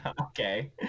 okay